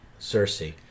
Cersei